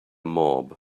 mob